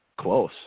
close